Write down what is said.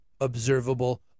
observable